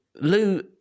Lou